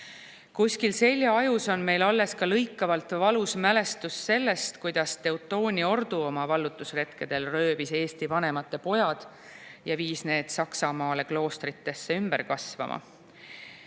Kuskil seljaajus on meil alles ka lõikavalt valus mälestus sellest, kuidas Teutooni ordu oma vallutusretkedel röövis Eesti vanemate pojad ja viis need Saksamaale kloostritesse ümber kasvama.